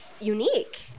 unique